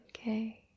Okay